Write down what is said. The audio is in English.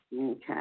Okay